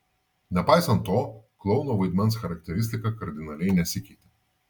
nepaisant to klouno vaidmens charakteristika kardinaliai nesikeitė